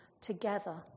together